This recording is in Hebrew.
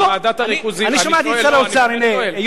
אני שואל ברצינות.